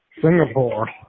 Singapore